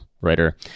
writer